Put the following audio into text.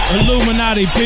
Illuminati